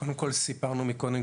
קודם כל סיפרנו מקודם,